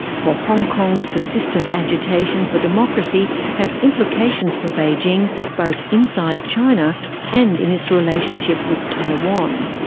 for hong kong's persistent agitation for democracy has implications for beijing, both inside china and in its relationship with taiwan.